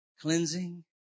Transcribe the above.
cleansing